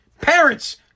parents